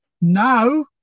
Now